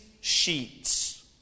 sheets